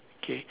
okay